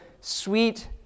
sweet